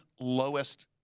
lowest